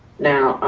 now,